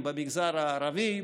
במגזר הערבי,